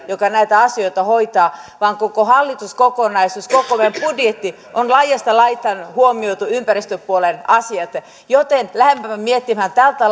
joka näitä asioita hoitaa vaan koko hallituskokonaisuus koko meidän budjetissa on laidasta laitaan huomioitu ympäristöpuolen asiat joten lähdetäänpä miettimään tältä